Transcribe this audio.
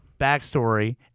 backstory